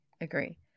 agree